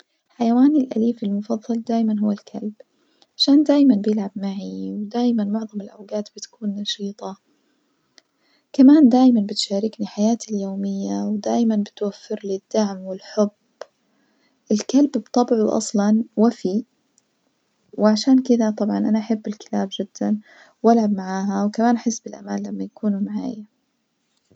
حيواني الأليف المفظل دايمًا هو الكلب، عشان دايمًا بيلعب معي ودايمًا معظم الأوجات بتكون نشيطة كمان دايمًا بتشاركني حياتي اليومية ودايمًا بتوفر لي الدعم والحب، الكلب بطبعه أصلًا وفي وعشان كدة طبعًا أنا أحب الكلاب جدًا وألعب معاها وكمان أحس بالأمان لما يكونوا معايا.